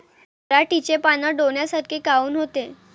पराटीचे पानं डोन्यासारखे काऊन होते?